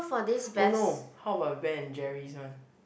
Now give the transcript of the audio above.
oh no how about Ben and Jerry's one